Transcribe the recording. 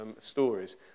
stories